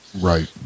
Right